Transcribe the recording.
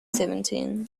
seventeen